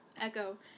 Echo